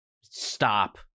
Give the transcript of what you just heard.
stop